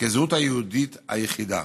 כזהות היהודית היחידה.